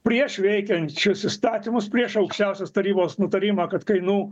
prieš veikiančius įstatymus prieš aukščiausios tarybos nutarimą kad kainų